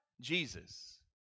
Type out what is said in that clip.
Jesus